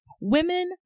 women